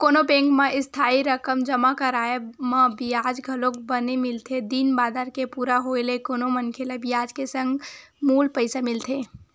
कोनो बेंक म इस्थाई रकम जमा कराय म बियाज घलोक बने मिलथे दिन बादर के पूरा होय ले कोनो मनखे ल बियाज के संग मूल पइसा मिलथे